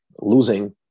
losing